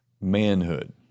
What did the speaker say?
manhood